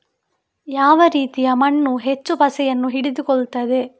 ಯಾವ ರೀತಿಯ ಮಣ್ಣು ಹೆಚ್ಚು ಪಸೆಯನ್ನು ಹಿಡಿದುಕೊಳ್ತದೆ?